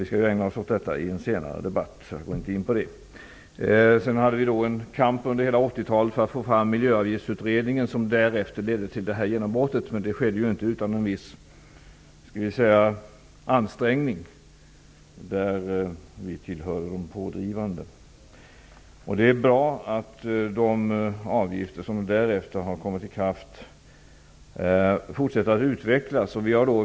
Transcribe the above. Vi skall ägna oss åt den frågan i en senare debatt, så jag går inte in på den nu. Under hela 1980-talet förde vi en kamp för att få fram en miljöavgiftsutredning. Den ledde till det här genombrottet. Det skedde inte utan en viss ansträngning, där vi tillhörde de pådrivande krafterna. Det är bra att de avgifter som därefter har kommit i kraft fortsätter att utvecklas.